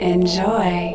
Enjoy